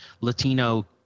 Latino